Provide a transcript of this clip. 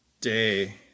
day